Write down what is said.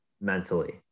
mentally